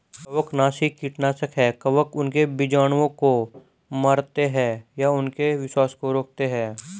कवकनाशी कीटनाशक है कवक उनके बीजाणुओं को मारते है या उनके विकास को रोकते है